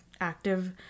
active